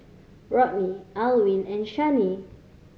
Rodney Alwin and Shani